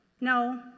No